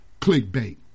clickbait